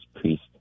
priest